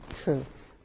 truth